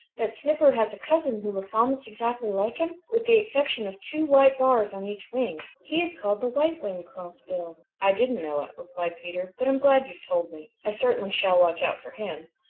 that snipper has a cousin who looks almost exactly like him with the exception of two white bars on each wing. he is called the white-winged crossbill. i didn't know it, replied peter, but i'm glad you've told me. i certainly shall watch out for him.